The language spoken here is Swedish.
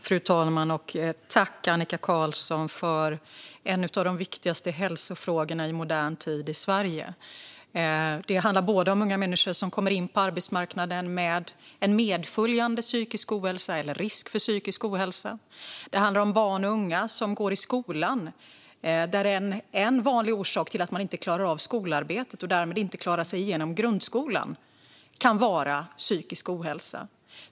Fru talman! Tack, Annika Qarlsson, för en fråga om en av de viktigaste hälsofrågorna i modern tid i Sverige! Det handlar om unga människor som kommer in på arbetsmarknaden med en medföljande psykisk ohälsa eller risk för psykisk ohälsa. Det handlar om barn och unga som går i skolan där en vanlig orsak till att de inte klarar av skolarbetet och därmed inte klarar sig igenom grundskolan kan vara psykisk ohälsa.